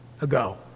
ago